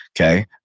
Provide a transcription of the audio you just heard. Okay